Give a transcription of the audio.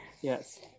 yes